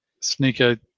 sneaker